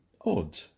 odd